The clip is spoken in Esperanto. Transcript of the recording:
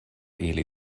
ili